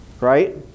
right